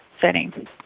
setting